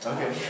Okay